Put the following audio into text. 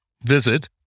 visit